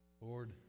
Lord